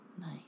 Nice